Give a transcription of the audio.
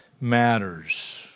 matters